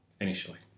initially